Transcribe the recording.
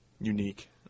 unique